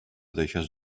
deixes